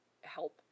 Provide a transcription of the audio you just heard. help